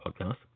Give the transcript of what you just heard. podcast